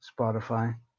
Spotify